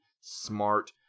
smart